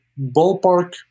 ballpark